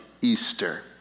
Easter